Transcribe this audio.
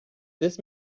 this